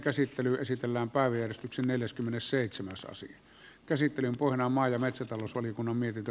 käsittelyn pohjana on maa ja metsätalousvaliokunnan mietintö